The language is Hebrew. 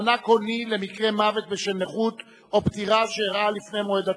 (מענק הוני למקרה מוות בשל נכות או פטירה שאירעה לפני מועד התחולה),